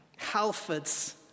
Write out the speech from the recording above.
Halfords